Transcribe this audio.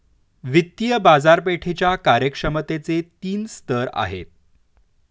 वित्तीय बाजारपेठेच्या कार्यक्षमतेचे तीन स्तर आहेत